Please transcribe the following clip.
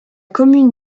commune